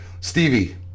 Stevie